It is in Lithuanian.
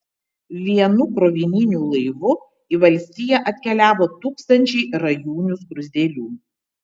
vienu krovininiu laivu į valstiją atkeliavo tūkstančiai rajūnių skruzdėlių